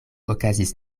okazis